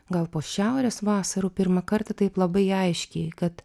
gal po šiaurės vasarų pirmą kartą taip labai aiškiai kad